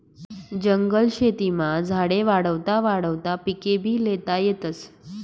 जंगल शेतीमा झाडे वाढावता वाढावता पिकेभी ल्हेता येतस